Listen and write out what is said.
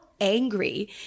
angry